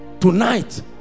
tonight